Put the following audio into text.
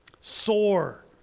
sore